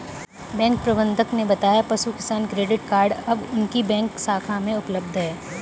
bank प्रबंधक ने बताया पशु किसान क्रेडिट कार्ड अब उनकी बैंक शाखा में उपलब्ध है